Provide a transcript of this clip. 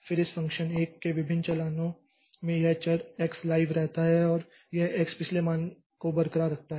फिर इस फ़ंक्शन 1 के विभिन्न चालानों में यह चर x लाइव रहता है और यह x पिछले मान को बरकरार रखता है